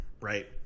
right